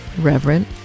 Reverend